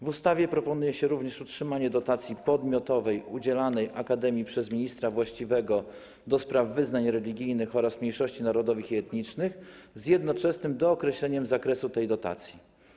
W ustawie proponuje się również utrzymanie dotacji podmiotowej udzielanej akademii przez ministra właściwego do spraw wyznań religijnych oraz mniejszości narodowych i etnicznych z jednoczesnym dookreśleniem zakresu tej dotacji.